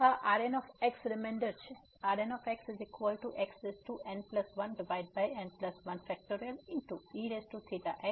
તેથી આ Rn remainder છે Rnxxn1n1